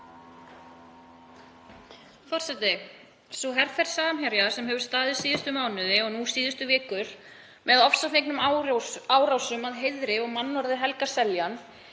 Forseti. Herferð Samherja, sem hefur staðið síðustu mánuði og nú síðustu vikur með ofsafengnum árásum að heiðri og mannorði Helga Seljans,